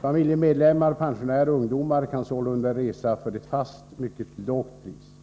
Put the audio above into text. Familjemedlemmar, pensionärer och ungdomar kan sålunda resa för ett fast, mycket lågt pris.